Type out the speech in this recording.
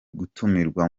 gutumirwa